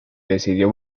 decidió